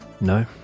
No